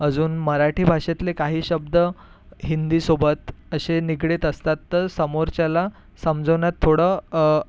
अजून मराठी भाषेतले काही शब्द हिंदीसोबत असे निगडित असतात तर समोरच्याला समजावणं थोडं